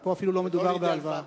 אבל פה אפילו לא מדובר בהלוואה.